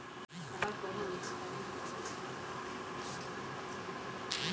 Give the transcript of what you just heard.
leverage এক ধরনের বিষয় যা ব্যাঙ্কের ক্ষেত্রে লাগে